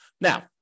Now